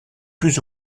plus